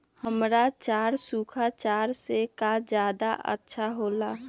हरा चारा सूखा चारा से का ज्यादा अच्छा हो ला?